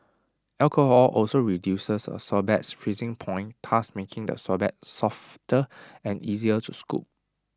alcohol also reduces A sorbet's freezing point thus making the sorbet softer and easier to scoop